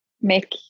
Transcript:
make